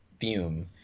fume